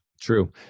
True